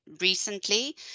recently